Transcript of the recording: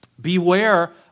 Beware